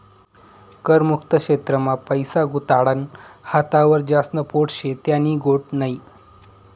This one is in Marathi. कर मुक्त क्षेत्र मा पैसा गुताडानं हातावर ज्यास्न पोट शे त्यानी गोट नै